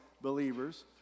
believers